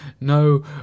no